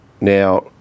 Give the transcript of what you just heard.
Now